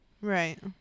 Right